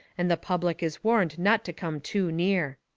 and the public is warned not to come too near.